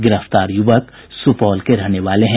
गिरफ्तार युवक सुपौल के रहने वाले हैं